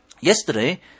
Yesterday